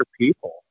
people